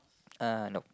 uh nope